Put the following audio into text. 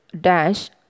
dash